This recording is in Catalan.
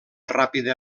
ràpida